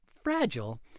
fragile